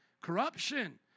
Corruption